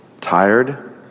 tired